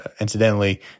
Incidentally